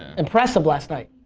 impressive last night?